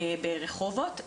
ברחובות,